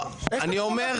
אני אומר,